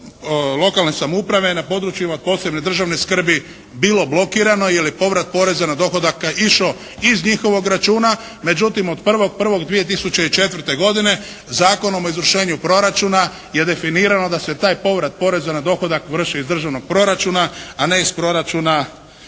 lokalne samouprave na područjima od posebne državne skrbi bilo blokirano jer je povrat poreza na dohodak išao iz njihovog računa. Međutim od 1.1.2004. godine Zakonom o izvršenju proračuna je definirano da se taj povrat poreza na dohodak vrši iz državnog proračuna a ne iz proračuna